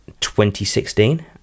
2016